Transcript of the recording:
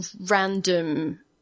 random